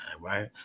Right